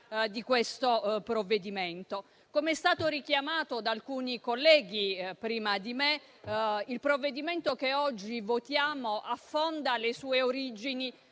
discussione. Come è stato richiamato da alcuni colleghi prima di me, il provvedimento che oggi votiamo affonda le sue origini